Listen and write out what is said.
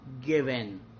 given